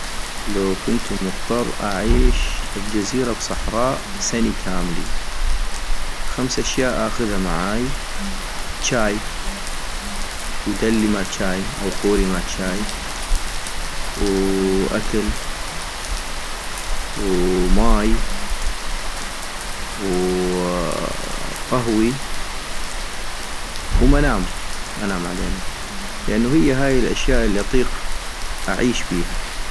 لو كنتو مضطر أعيش بجزيرة بصحراء سني كاملي خمس اشياء اخذا معاي - جاي، دلي مال جاي أو قوري مال جاي ،وواكل، وماي، ووقهوي ، ومنام انام علينو - لانو هي هاي الاشياء الي اطيق اعيش بيها